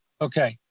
Okay